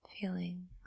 feeling